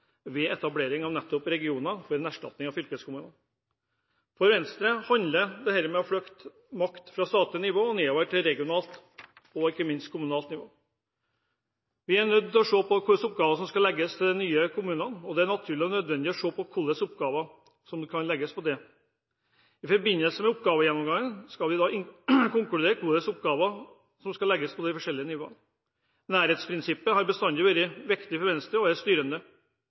ved etablering av regioner til erstatning for fylkeskommunene. For Venstre handler dette om å flytte makt fra statlig nivå og nedover til regionalt og ikke minst kommunalt nivå. Vi er nødt til å se på hvilke oppgaver som skal legges til de nye kommunene, og det er naturlig og nødvendig å se på hvilke oppgaver som kan legges på det nivået. I forbindelse med oppgavegjennomgangen skal vi konkludere hvilke oppgaver som skal legges til de forskjellige nivåer. Nærhetsprinsippet har bestandig vært viktig for Venstre og er styrende: